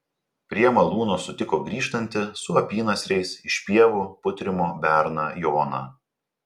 prie malūno sutiko grįžtantį su apynasriais iš pievų putrimo berną joną